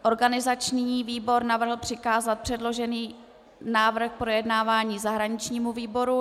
Organizační výbor navrhl přikázat předložený návrh k projednávání zahraničnímu výboru.